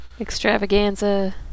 Extravaganza